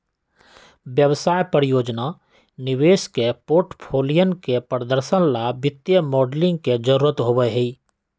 व्यवसाय, परियोजना, निवेश के पोर्टफोलियन के प्रदर्शन ला वित्तीय मॉडलिंग के जरुरत होबा हई